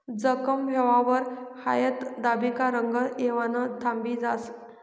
जखम व्हवावर हायद दाबी का रंगत येवानं थांबी जास